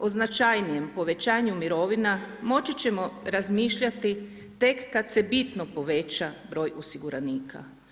O značajnijem povećanju mirovina, moći ćemo razmišljati, tek kad se bitno poveća broj osiguranika.